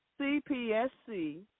CPSC